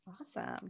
Awesome